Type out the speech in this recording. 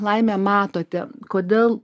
laime matote kodėl